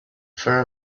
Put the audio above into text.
for